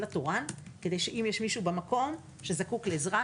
התורן כך שאם יש במקום מישהו שזקוק לעזרה,